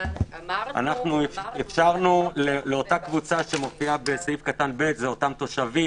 אנחנו אפשרנו לאותה קבוצה שמופיעה בסעיף (ב) אלה אותם תושבים,